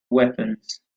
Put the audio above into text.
weapons